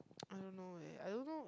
I don't know eh I don't know